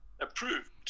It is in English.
approved